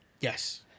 Yes